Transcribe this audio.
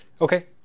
Okay